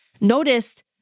Noticed